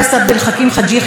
חבר הכנסת אחמד טיבי,